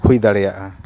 ᱦᱩᱭ ᱫᱟᱲᱮᱭᱟᱜᱼᱟ